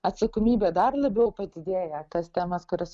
atsakomybė dar labiau padidėja tas temas kurias